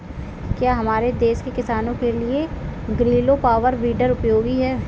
क्या हमारे देश के किसानों के लिए ग्रीलो पावर वीडर उपयोगी है?